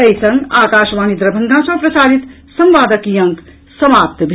एहि संग आकाशवाणी दरभंगा सँ प्रसारित संवादक ई अंक समाप्त भेल